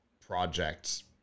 projects